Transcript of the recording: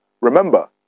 Remember